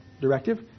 directive